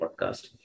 podcast